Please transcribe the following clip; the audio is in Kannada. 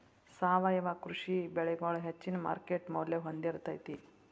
ಸಾವಯವ ಕೃಷಿ ಬೆಳಿಗೊಳ ಹೆಚ್ಚಿನ ಮಾರ್ಕೇಟ್ ಮೌಲ್ಯ ಹೊಂದಿರತೈತಿ